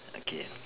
okay